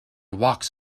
walks